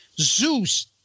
Zeus